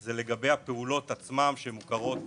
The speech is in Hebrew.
היא לגבי הפעולות עצמן שמוכרות